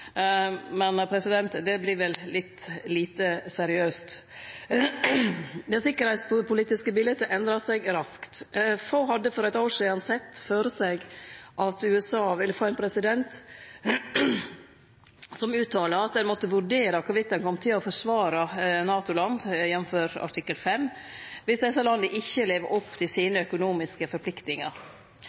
men det vert vel litt lite seriøst. Det sikkerheitspolitiske biletet endrar seg raskt. Få hadde for eit år sidan sett føre seg at USA ville få ein president som uttalar at ein må vurdere om ein kjem til å forsvare NATO-land, jf. artikkel 5, viss desse landa ikkje lever opp til sine økonomiske forpliktingar.